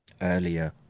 earlier